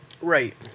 Right